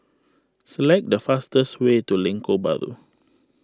select the fastest way to Lengkok Bahru